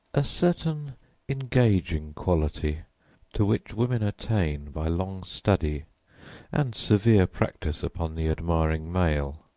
a certain engaging quality to which women attain by long study and severe practice upon the admiring male,